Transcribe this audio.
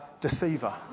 deceiver